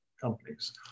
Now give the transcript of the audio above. companies